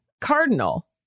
cardinal